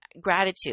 gratitude